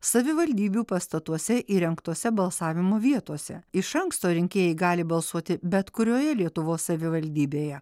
savivaldybių pastatuose įrengtose balsavimo vietose iš anksto rinkėjai gali balsuoti bet kurioje lietuvos savivaldybėje